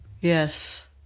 Yes